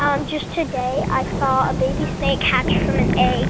um just today, i saw a baby snake hatch from an egg